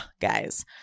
guys